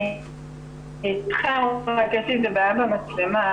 כל המרכזים האקוטיים, בניגוד לסגר הקודם,